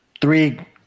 three